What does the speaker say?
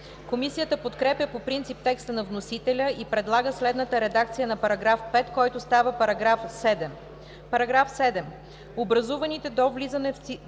Комисията подкрепя по принцип текста на вносителя и предлага следната редакция на § 5, който става § 7. „§ 7. Образуваните до влизането в сила